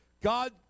God